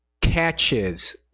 catches